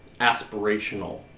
aspirational